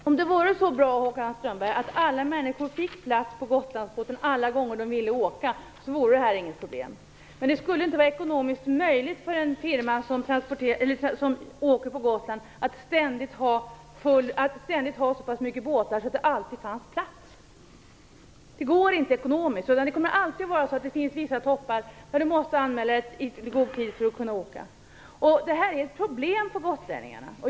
Herr talman! Om det vore så bra, Håkan Strömberg, att alla människor fick plats på Gotlandsfärjan varje gång de ville åka, vore det här inget problem. Men det skulle inte vara ekonomiskt möjligt för en firma som trafikerar Gotland att ständigt ha så många båtar i gång att det alltid finns plats. Det kommer alltid att finnas vissa trafiktoppar, till vilka man måste vara ute i god tid för att få plats. Detta är ett problem för gotlänningarna.